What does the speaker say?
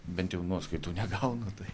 bent jau nuoskaitų negaunu tai